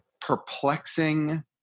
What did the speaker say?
perplexing